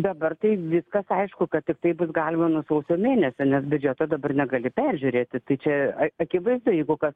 dabar tai viskas aišku kad tiktai bus galima nuo sausio mėnesio nes biudžeto dabar negali peržiūrėti tai čia akivaizdu jeigu kas